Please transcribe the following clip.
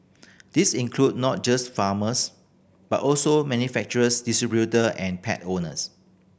this include not just farmers but also manufacturers distributor and pet owners